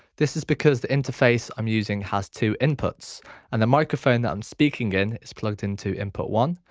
this is because the interface i'm using has two inputs and the microphone that i'm speaking in is plugged into input one.